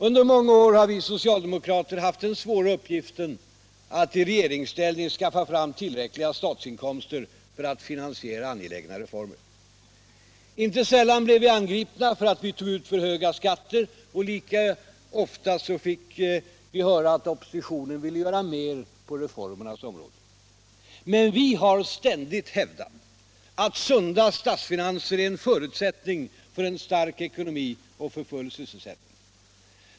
Under många år har vi socialdemokrater haft den svåra uppgiften att i regeringsställning skaffa fram tillräckliga statsinkomster för att finansiera angelägna reformer. Inte sällan blev vi angripna av de borgerliga för att vi tog ut för höga skatter. Och nästan lika ofta fick vi höra att oppositionen ville göra mer på reformernas område. Men vi har ständigt hävdat att sunda statsfinanser är en förutsättning för en stark ekonomi och för full sysselsättning.